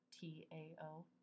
T-A-O